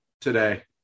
today